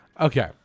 Okay